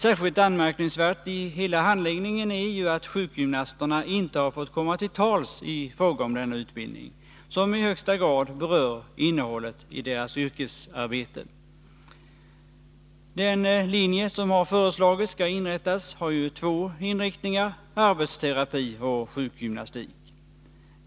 Särskilt anmärkningsvärt i hela handläggningen är ju att sjukgymnasterna inte har fått komma till tals i fråga om denna utbildning, som i högsta grad berör innehållet i deras yrkesarbete. Den linje som man har föreslagit skall inrättas har två inriktningar — arbetsterapi och sjukgymnastik.